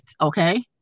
okay